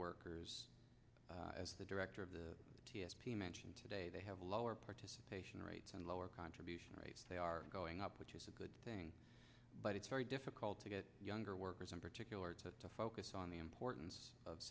workers as the director of the t s p mentioned today they have lower participation rates and lower contribution rates they are going up which is a good thing but it's very difficult to get younger workers in particular to focus on the importance of